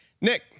Nick